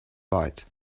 bite